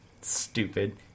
Stupid